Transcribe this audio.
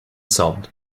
sobbed